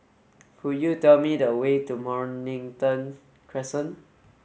could you tell me the way to Mornington Crescent